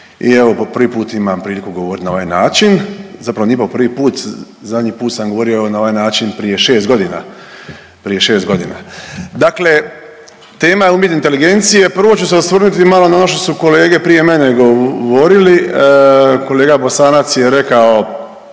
i evo po prvi put imam priliku govoriti na ovaj način. Zapravo nije po prvi put. Zadnji put sam govorio na ovaj način prije 6 godina, prije 6 godina. Dakle, tema umjetne inteligencije. Prvo ću se osvrnuti malo na ono što su kolege prije mene govorili. Kolega Bosanac je rekao